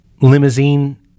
limousine